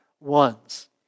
ones